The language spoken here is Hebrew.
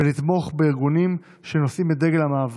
ולתמוך בארגונים שנושאים את דגל המאבק.